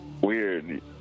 Weird